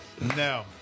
No